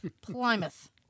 Plymouth